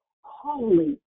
holy